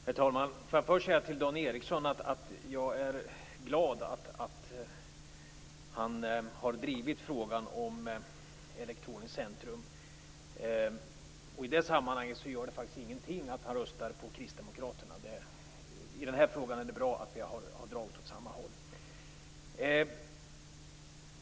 Herr talman! Får jag först säga till Dan Ericsson att jag är glad att han har drivit frågan om ett elektroniskt centrum. I det sammanhanget gör det faktiskt ingenting att han röstar på Kristdemokraterna. I den här frågan är det bra att vi har dragit åt samma håll.